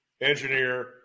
engineer